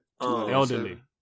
elderly